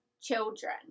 children